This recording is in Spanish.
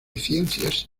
ciencias